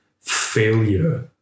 failure